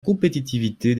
compétitivité